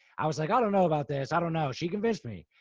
i was like, i don't know about this. i don't know. she convinced me.